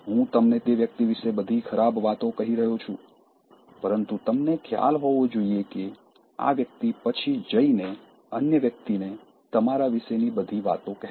હું તમને તે વ્યક્તિ વિશે બધી ખરાબ વાતો કહી રહ્યો છું પરંતુ તમને ખ્યાલ હોવો જોઇએ કે આ વ્યક્તિ પછી જઈને અન્ય વ્યક્તિને તમારા વિશેની બધી વાતો કહેશે